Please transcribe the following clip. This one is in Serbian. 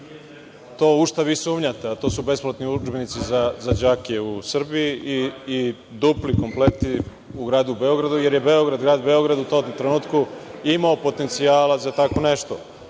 to u šta vi sumnjate, a to su besplatni udžbenici za đake u Srbiji i dupli kompleti u gradu Beogradu, jer je grad Beograd u tom trenutku imao potencijala za tako nešto,